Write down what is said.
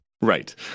right